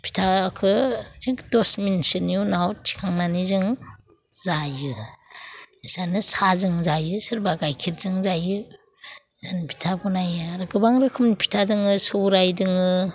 फिथाखौ थिक दस मिनिटसोनि उनाव थिखांनानै जों जायो बिदिनो साहाजों जों जायो सोरबा गाइखेरजों जायो जों फिथा बानायो आरो गोबां रोखोमनि फिथा दङ सौराय दङ